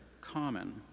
common